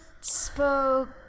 spoke